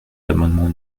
l’amendement